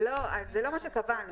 זה לא מה שקבענו.